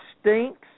stinks